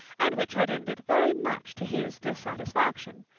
and which had ended very much to his dissatisfaction,